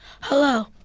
Hello